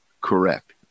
correct